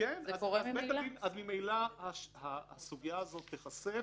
כן, ממילא הסוגיה הזו תיחשף.